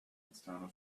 external